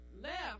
Left